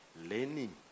learning